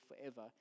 forever